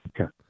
Okay